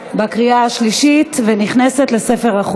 בעד, 46, נגד, 27, אין נמנעים.